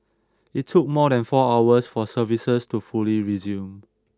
it took more than four hours for services to fully resume